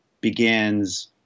begins